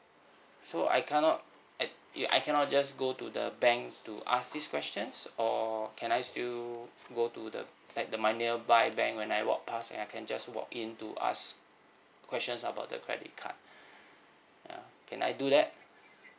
so I cannot I ya I cannot just go to the bank to ask these questions or can I still go to the like the my nearby bank when I walk pass and I can just walk in to ask questions about the credit card ya can I do that